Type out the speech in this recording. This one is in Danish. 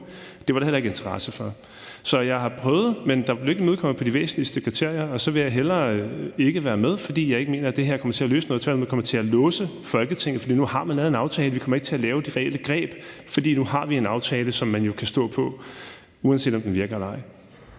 Det var der heller ikke interesse for. Så jeg har prøvet, men de væsentligste kriterier blev ikke imødekommet, og så vil jeg hellere ikke være med, for jeg mener ikke, at det her kommer til at løse noget. Tværtimod kommer det til at låse Folketinget, for nu har man lavet en aftale. Vi kommer ikke til at lave de reelle greb, for nu har vi en aftale, som man jo kan stå på, uanset om den virker eller ej.